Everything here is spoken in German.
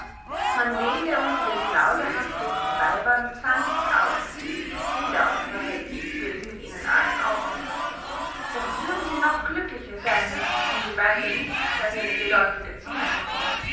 man wähle unter den plauderhaftesten weibern zwanzig aus jeder unsrer helden wird es mit ihnen allen aufnehmen doch würden sie noch glücklicher seyn wenn sie weiter nichts als eine geläufige zunge hätten